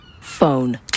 Phone